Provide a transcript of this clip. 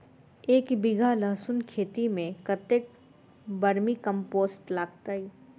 एक बीघा लहसून खेती मे कतेक बर्मी कम्पोस्ट लागतै?